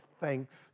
thanks